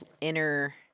inner